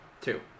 Two